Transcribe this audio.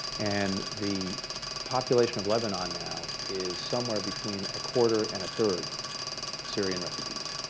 and the population of lebanon now is somewhere between a quarter and a third syrian refugees.